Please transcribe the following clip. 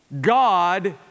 God